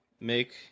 Make